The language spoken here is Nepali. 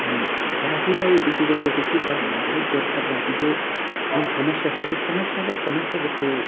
अनि जातिलाई बेसीजस्तो चाहिँ के छ भन्दाखेरि गोर्खा जातिको जुन समस्या छ त्यो समस्यालाई समस्याजस्तो